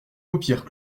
paupières